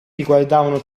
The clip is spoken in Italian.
riguardavano